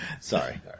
Sorry